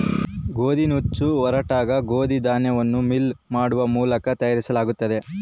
ಗೋದಿನುಚ್ಚು ಒರಟಾದ ಗೋದಿ ಧಾನ್ಯವನ್ನು ಮಿಲ್ ಮಾಡುವ ಮೂಲಕ ತಯಾರಿಸಲಾಗುತ್ತದೆ